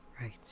Right